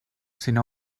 sinó